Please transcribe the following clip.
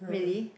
really